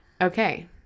Okay